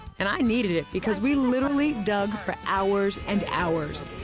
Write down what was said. and i needed it, because we literally dug for hours and hours.